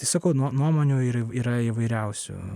tai sakau nuo nuomonių ir yra įvairiausių